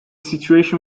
situation